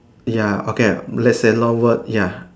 ya okay let's say long word ya